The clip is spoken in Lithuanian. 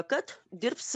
kad dirbs